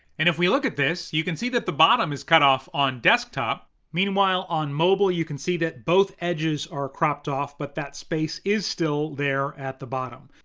and if we look at this, you can see that the bottom is cut off on desktop. meanwhile, on mobile, you can see that both edges are cropped off, but that space is still there at the bottom.